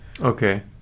Okay